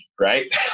right